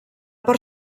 part